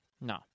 No